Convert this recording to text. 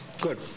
Good